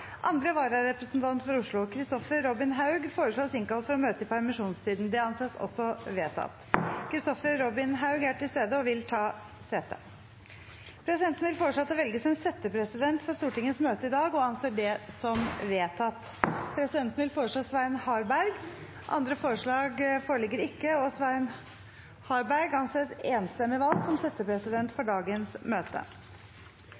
Andre vararepresentant for Oslo, Kristoffer Robin Haug , innkalles for å møte i permisjonstiden. Kristoffer Robin Haug er til stede og vil ta sete. Presidenten vil foreslå at det velges en settepresident for Stortingets møte i dag, og anser det som vedtatt. – Presidenten vil foreslå Svein Harberg. Andre forslag foreligger ikke, og Svein Harberg anses enstemmig valgt som settepresident